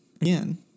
again